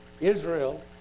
Israel